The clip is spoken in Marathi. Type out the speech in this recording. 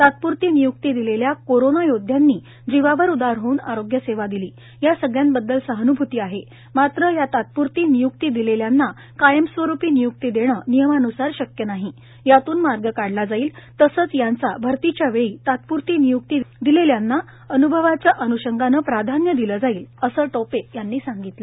तात्पुरती नियुक्ती दिलेल्या कोरोना योद्ध्यांनी जीवावर उदार होऊन आरोग्य सेवा दिली या सगळ्यांबद्दल सहानुभूती आहे मात्र या तात्पुरती नियुक्ती दिलेल्यांना कायमस्वरुपी नियुक्ती देणं नियमानुसार शक्य नाही यातून मार्ग काढला जाईल तसंच यांचा भर्तीच्या वेळी तात्पूरती नियुक्ती दिलेल्यांना अनुभवाच्या अनुषंगानं प्राधान्य दिलं जाईल असं टोपे यांनी सांगितलं